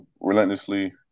relentlessly